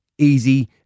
Easy